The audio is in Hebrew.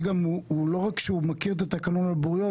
לא רק שהוא מכיר את התקנון על בוריו,